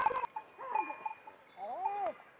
अळशीच्या बिया सकाळी खाल्ल्यार शरीर स्वस्थ रव्हता राजू